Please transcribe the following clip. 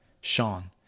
Sean